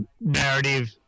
narrative